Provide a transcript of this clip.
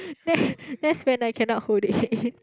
that that's when I cannot hold it